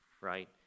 Right